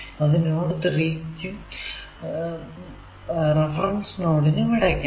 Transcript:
അത് നോഡ് 3 നും റഫറൻസ് നോഡിനും ഇടയ്ക്കാണ്